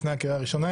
לפני הקריאה הראשונה,